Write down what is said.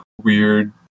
weird